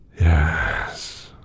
Yes